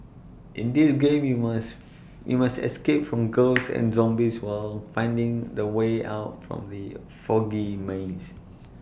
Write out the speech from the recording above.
in this game you must you must escape from ghosts and zombies while finding the way out from the foggy maze